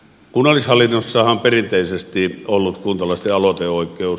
kunnallishallinnossahan on perinteisesti ollut kuntalaisten aloiteoikeus